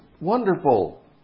wonderful